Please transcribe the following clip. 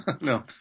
No